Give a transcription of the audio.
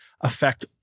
affect